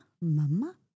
mama